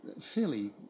fairly